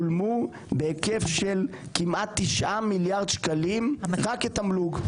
שולמו בהיקף של כמעט 9 מיליארד שקלים רק כתמלוג.